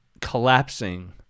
collapsing